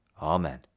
Amen